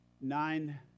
nine